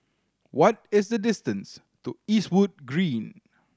what is the distance to Eastwood Green